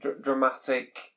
dramatic